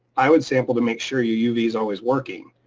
i would sample to make sure your uv's always working.